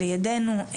ולידינו.